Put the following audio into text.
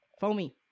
Foamy